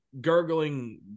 gurgling